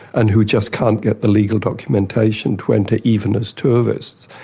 and who just can't get the legal documentation to enter even as tourists,